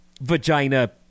vagina